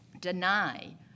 deny